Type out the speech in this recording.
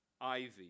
ivy